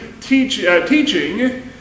teaching